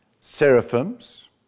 seraphims